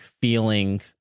feeling